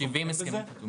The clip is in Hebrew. יש לנו 70 הסכמים חתומים.